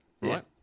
right